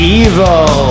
evil